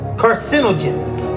carcinogens